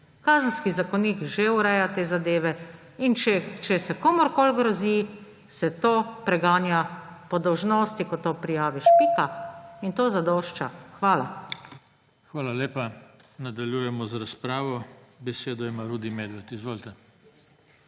Kazenski zakonik že ureja te zadeve, in če se komurkoli grozi, se to preganja po dolžnosti, ko to prijaviš. Pika. In to zadošča. Hvala. PODPREDSEDNIK JOŽE TANKO: Hvala lepa. Nadaljujemo z razpravo. Besedo ima Rudi Medved. Izvolite.